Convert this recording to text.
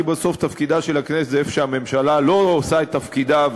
כי בסוף תפקידה של הכנסת הוא במקום שהממשלה לא עושה את תפקידה,